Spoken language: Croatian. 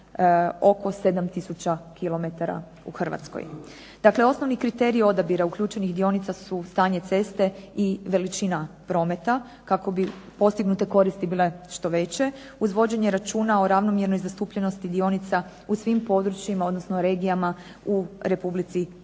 oko 7000 km u Hrvatskoj. Dakle, osnovni kriterij odabira uključenih dionica su stanje ceste i veličina prometa kako bi postignute koristi bile što veće uz vođenje računa o ravnomjernoj zastupljenosti dionica u svim područjima, odnosno regijama u Republici Hrvatskoj.